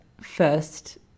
first